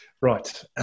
Right